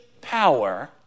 power